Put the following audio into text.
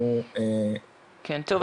טוב,